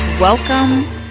Welcome